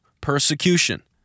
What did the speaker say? persecution